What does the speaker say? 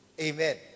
Amen